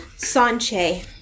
Sanche